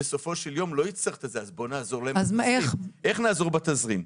איך נעזור בתזרים?